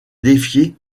défier